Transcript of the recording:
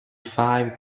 five